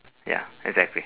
ya exactly